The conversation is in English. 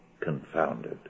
confounded